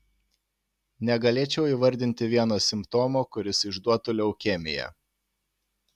negalėčiau įvardinti vieno simptomo kuris išduotų leukemiją